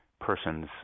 person's